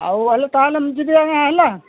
ଆଉ ହେଲେ ତାହେଲେ ଯିବି ମୁଁ ହେଲା